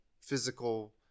physical